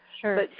Sure